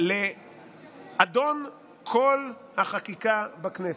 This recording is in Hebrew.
לאדון כל החקיקה בכנסת.